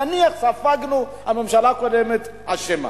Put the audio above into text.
נניח, ספגנו, הממשלה הקודמת אשמה.